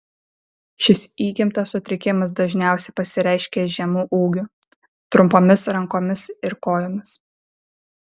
šis įgimtas sutrikimas dažniausiai pasireiškia žemu ūgiu trumpomis rankomis ir kojomis